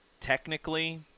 technically